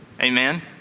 Amen